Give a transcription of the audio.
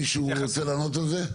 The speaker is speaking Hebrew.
מישהו רוצה לענות על זה?